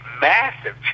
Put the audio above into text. massive